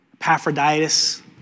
Epaphroditus